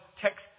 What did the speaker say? text